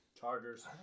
Chargers